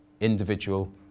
individual